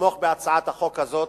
לתמוך בהצעת החוק הזאת.